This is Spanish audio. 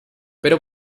pero